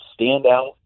standout